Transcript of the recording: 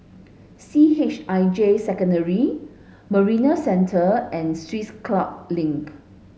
C H I J Secondary Marina Centre and Swiss Club Link